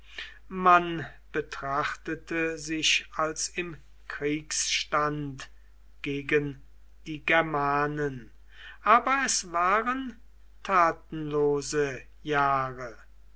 man betrachtete sich als im kriegsstand gegen die germanen aber es waren tatenlose jahre